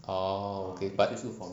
orh okay but